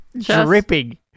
Dripping